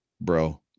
bro